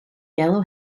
yellow